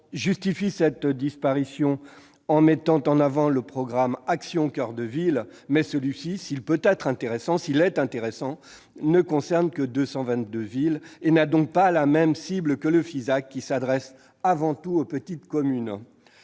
justifie cette disparition en mettant en avant le programme Action coeur de ville. Si celui-ci est intéressant, il ne concerne que 222 villes et n'a donc pas la même cible que le Fisac, lequel s'adresse avant tout aux petites communes.